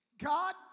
God